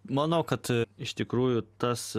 manau kad iš tikrųjų tas